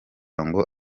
ngo